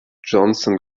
johnson